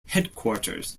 headquarters